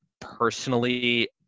personally